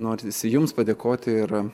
norisi jums padėkoti ir